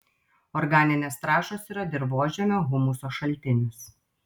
organinės trąšos yra dirvožemio humuso šaltinis